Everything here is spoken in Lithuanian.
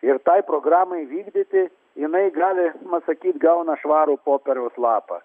ir tai programai vykdyti jinai galima sakyt gauna švarų popieriaus lapą